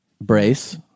Brace